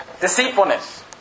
Deceitfulness